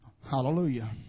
Hallelujah